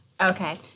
Okay